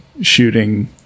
shooting